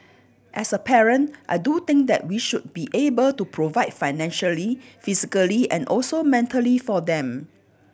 as a parent I do think that we should be able to provide financially physically and also mentally for them